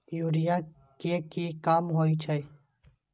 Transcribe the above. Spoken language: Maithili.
यूरिया के की काम होई छै?